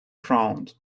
ground